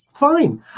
Fine